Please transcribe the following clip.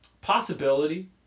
possibility